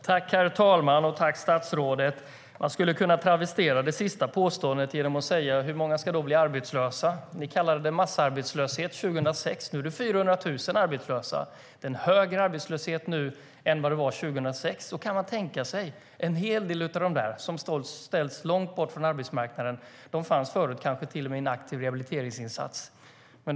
Herr talman! Jag tackar statsrådet. Jag skulle travestera det sista påståendet genom att säga: Hur många ska bli arbetslösa? Ni kallade det massarbetslöshet 2006. Nu är 400 000 arbetslösa. Det är högre arbetslöshet nu än 2006. Man kan tänka sig att en hel del av dem som ställts långt bort från arbetsmarknaden fanns i en aktiv rehabiliteringsinsats förut.